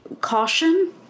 caution